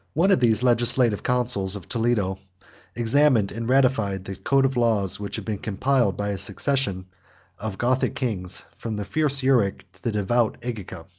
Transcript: one of these legislative councils of toledo examined and ratified the code of laws which had been compiled by a succession of gothic kings, from the fierce euric, to the devout egica.